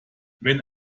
wenn